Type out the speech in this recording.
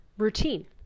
routine